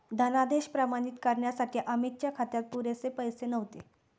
धनादेश प्रमाणित करण्यासाठी अमितच्या खात्यात पुरेसे पैसे नव्हते